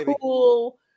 cool